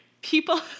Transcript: people